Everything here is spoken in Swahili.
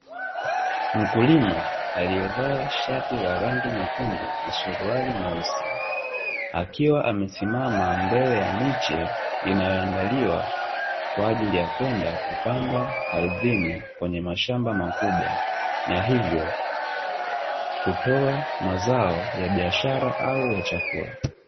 Mkulima aliyevaa shati la rangi nyekundu na suruali nyeusi, akiwa amesimama mbele ya miche inayoandaliwa kwa ajili ya kwenda kupandwa ardhini kwenye mashamba makubwa na hivyo kutoa mazao ya biashara au ya chakula.